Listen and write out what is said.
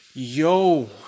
Yo